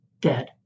dead